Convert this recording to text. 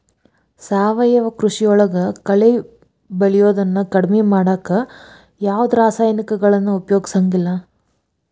ಸಾವಯವ ಕೃಷಿಯೊಳಗ ಕಳೆ ಬೆಳಿಯೋದನ್ನ ಕಡಿಮಿ ಮಾಡಾಕ ಯಾವದ್ ರಾಸಾಯನಿಕಗಳನ್ನ ಉಪಯೋಗಸಂಗಿಲ್ಲ